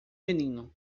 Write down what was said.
menino